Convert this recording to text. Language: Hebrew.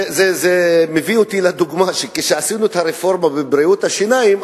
זה מביא אותי לדוגמה שכשעשינו את הרפורמה בבריאות השיניים,